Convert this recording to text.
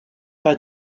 pas